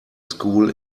school